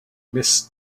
miss